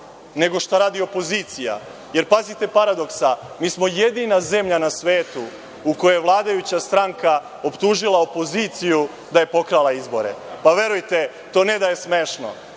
nego šta radi opozicija, jer pazite, paradoksa, mi smo jedina zemlja na svetu u kojoj vladajuća stranka optužila opoziciju da je pokrala izbore. Pa, verujte to ne da je smešno.